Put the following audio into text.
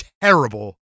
terrible